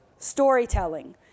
Storytelling